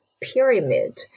pyramid